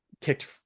kicked